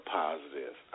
positive